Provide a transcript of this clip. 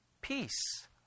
Peace